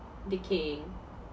decaying